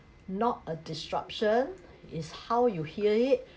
not a disruption is how you hear it